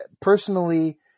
personally